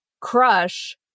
crush